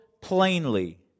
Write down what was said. plainly